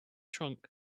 trunk